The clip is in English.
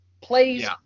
plays